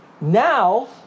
Now